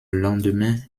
lendemain